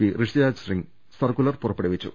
P Rishiraj Singh circular പുറപ്പെടുവിച്ചു